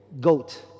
goat